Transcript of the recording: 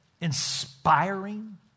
inspiring